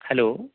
hello